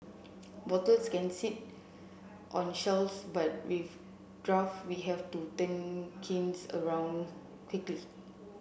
bottles can sit on shelves but with draft we have to turn kegs around quickly